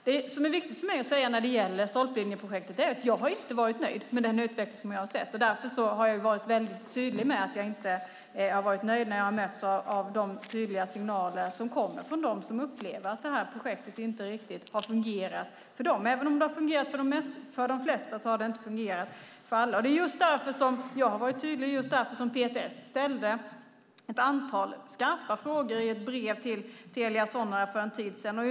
Det som för mig är viktigt att säga när det gäller stolpledningsprojektet är att jag inte har varit nöjd med den utveckling som jag sett. När jag mötts av de tydliga signaler som kommer från dem som upplever att projektet inte riktigt fungerat har jag därför varit mycket tydlig med att jag inte varit nöjd. För de flesta har det fungerat men inte för alla. Just därför har jag varit tydlig och just därför har PTS för en tid sedan i ett brev till Telia Sonera ställt ett antal skarpa frågor.